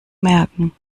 merken